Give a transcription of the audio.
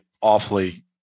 awfully